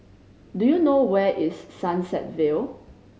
do you know where is Sunset Vale